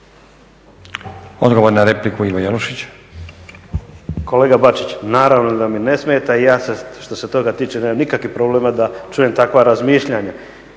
Odgovor na repliku, Ivo Jelušić. **Jelušić, Ivo (SDP)** Kolega Bačić naravno da mi ne smeta i ja što se toga tiče nemam nikakvih problema da čujem takva razmišljanja,